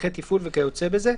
שטחי תפעול וכיוצא בזה.